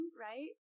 right